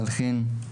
להלחין.